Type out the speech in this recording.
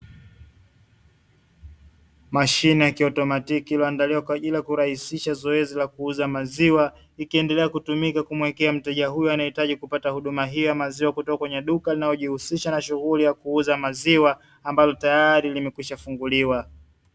Mashine ya kiautomatiki ilioandaliwa kwa ajili ya kurahisisha zoezi la kuuza maziwa, likiendelea kutumika kumwekea mteja huyu anayehitaji kupata huduma hii ya maziwa kutoka kwenye duka linalojihusisha na shughuli ya kuuza maziwa ambalo tayari limekwisha funguliwa.